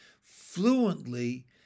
fluently